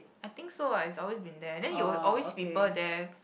I think so ah it's always been there then you always people there